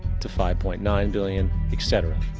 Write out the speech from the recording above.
to five point nine billion. etc.